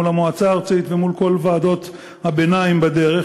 מול המועצה הארצית ומול כל ועדות הביניים בדרך,